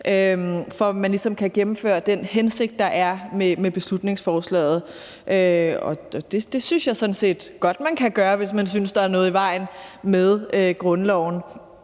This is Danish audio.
for at man kan gennemføre den hensigt, der er med beslutningsforslaget. Det synes jeg sådan set godt man kan gøre, hvis man synes, der er noget i vejen med grundloven.